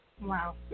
Wow